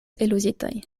eluzitaj